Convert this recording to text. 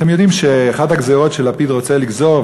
אתם יודעים שאחת הגזירות שלפיד רוצה לגזור,